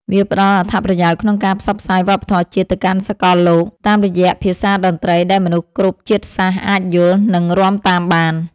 វាផ្ដល់អត្ថប្រយោជន៍ក្នុងការផ្សព្វផ្សាយវប្បធម៌ជាតិទៅកាន់សកលលោក តាមរយៈភាសាតន្ត្រីដែលមនុស្សគ្រប់ជាតិសាសន៍អាចយល់ និងរាំតាមបាន។